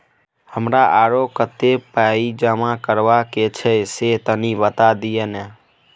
हमरा आरो कत्ते पाई जमा करबा के छै से तनी बता दिय न?